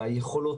מהיכולות,